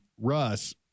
Russ